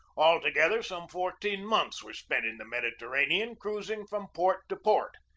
altogether, some fourteen months were spent in the mediterranean, cruising from port to port.